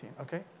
okay